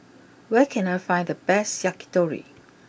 where can I find the best Yakitori